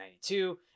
1992